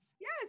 Yes